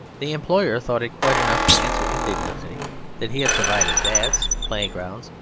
the employer thought it quite enough to answer indignantly that he had provided baths, playing-grounds,